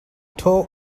tore